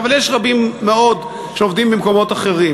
אבל יש רבים מאוד שעובדים במקומות אחרים.